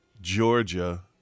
Georgia